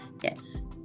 Yes